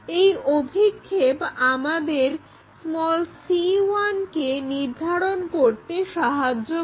এই অভিক্ষেপ আমাদের c1 কে নির্ধারণ করতে সাহায্য করে